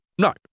No